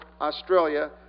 Australia